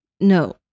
No